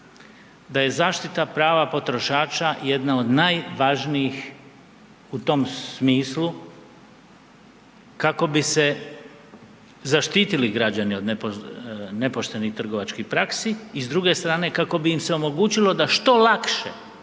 da je zaštita prava potrošača jedna od najvažnijih u tom smislu kako bi se zaštitili građani od nepoštenih trgovačkih praksi i s druge strane kako bi im se omogućilo da što lakše